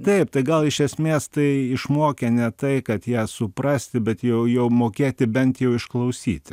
taip tai gal iš esmės tai išmokė ne tai kad ją suprasti bet jau jau mokėti bent jau išklausyti